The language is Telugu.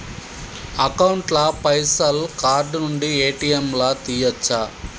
అకౌంట్ ల పైసల్ కార్డ్ నుండి ఏ.టి.ఎమ్ లా తియ్యచ్చా?